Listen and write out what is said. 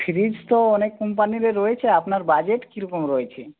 fridge তো অনেক কোম্পানির রয়েছে আপনার বাজেট কিরকম রয়েছে